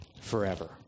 forever